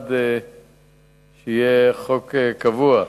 בעד חוק קבוע.